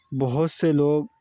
بہت سے لوگ